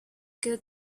good